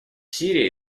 сирии